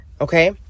okay